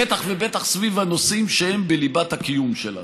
בטח ובטח סביב הנושאים שהם בליבת הקיום שלנו.